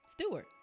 Stewart